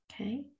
Okay